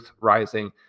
rising